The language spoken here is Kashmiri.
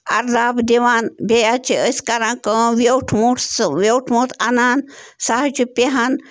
اَرداب دِوان بیٚیہِ حظ چھِ أسۍ کَران کٲم ویوٚٹھ مُٹھ سُہ ویوٚٹھ مُٹھ اَنان سُہ حظ چھِ پِہان